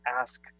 ask